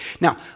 Now